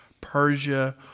Persia